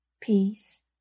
peace